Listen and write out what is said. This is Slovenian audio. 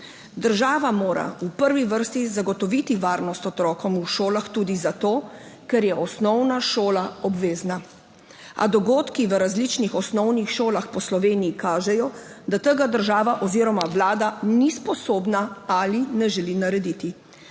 Država mora v prvi vrsti zagotoviti varnost otrokom v šolah tudi zato, ker je osnovna šola obvezna. A dogodki v različnih osnovnih šolah po Sloveniji kažejo, da tega država oziroma vlada ni sposobna ali ne želi narediti.